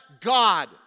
God